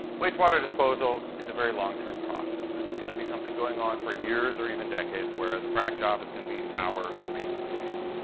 wastewater disposal is a very long-term process. this is going to be something going on for years or even decades, whereas, a frac job is going to be hours or maybe days.